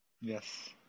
Yes